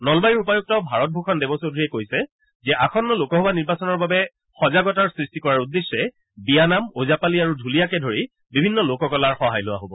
নলবাৰীৰ উপায়ুক্ত ভাৰত ভূষণ দেৱ চৌধুৰীয়ে কৈছে যে আসন্ন লোকসভা নিৰ্বাচিৰ বাবে সজাগতাৰ সৃষ্টি কৰাৰ উদ্দেশ্যে বিয়া নাম ওজাপালি আৰু ঢ়লীয়াকে ধৰি বিভিন্ন লোককলাৰ সহায় লোৱা হ'ব